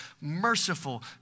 merciful